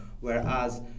Whereas